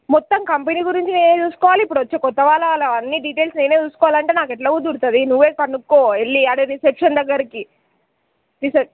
మొత్తం కంపెనీ గురించి నేనే చూసుకోవాలి ఇప్పుడొచ్చే కొత్త వాళ్ళ వాళ్ళ అన్నీ డీటెయిల్స్ నేనే చూసుకోవాలంటే నాకెట్లా కుదురుతుంది నువ్వే కనుక్కో వెళ్ళి అదే రిసెప్షన్ దగ్గరకి రిసెప్